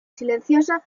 silenciosa